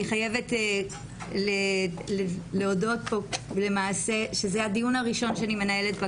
אני רוצה להודות ליו"ר הוועדה,